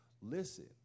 Listen